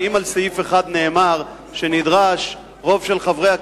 אם על סעיף אחד נאמר שנדרש רוב של חברי הכנסת,